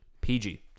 PG